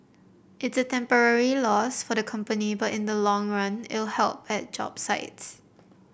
it's a temporary loss for the company but in the long run it'll help at job sites